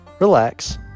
relax